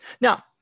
Now